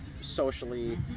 Socially